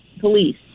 Police